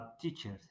teachers